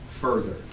further